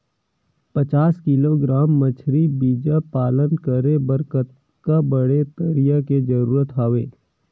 पचास किलोग्राम मछरी बीजा पालन करे बर कतका बड़े तरिया के जरूरत हवय?